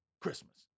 Christmas